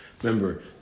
Remember